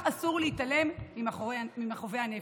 כך אסור להתעלם ממכאובי הנפש.